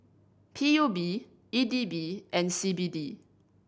P U B E D B and C B D